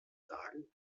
sagen